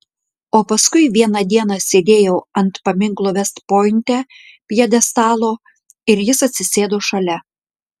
o paskui vieną dieną sėdėjau ant paminklo vest pointe pjedestalo ir jis atsisėdo šalia